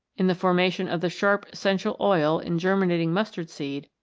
in the formation of the sharp essential oil in germinating mustard seed,